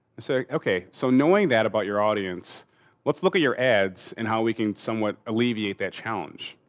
i say ok, so knowing that about your audience let's look at your ads and how we can somewhat alleviate that challenge.